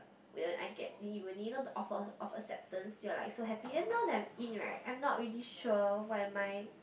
whether I'll get in uni you know the offer offer acceptance you're like so happy then now that I'm in right I'm not really sure what am I